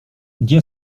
gdzie